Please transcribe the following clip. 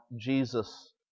Jesus